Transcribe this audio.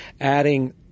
adding